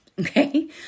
Okay